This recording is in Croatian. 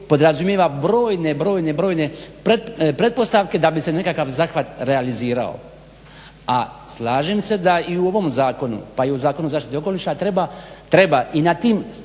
podrazumijeva brojne, brojne, brojne pretpostavke da bi se nekakav zahvat realizirao. A slažem se da i u ovom zakonu pa i u Zakonu o zaštiti okoliša treba i na tim